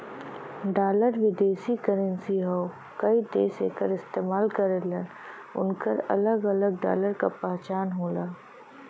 dollar विदेशी currency हौ कई देश एकर इस्तेमाल करलन उनकर अलग अलग डॉलर क पहचान होला